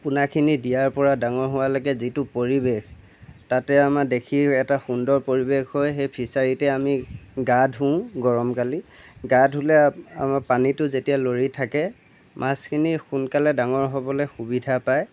পোনাখিনি দিয়াৰপৰা ডাঙৰ হোৱালৈকে যিটো পৰিৱেশ তাতে আমাৰ দেখি এটা সুন্দৰ পৰিৱেশ হৈ সেই ফিচাৰীতে আমি গা ধোওঁ গৰম কালি গা ধোলে আমাৰ পানীটো যেতিয়া লৰি থাকে মাছখিনি সোনকালে ডাঙৰ হ'বলৈ সুবিধা পায়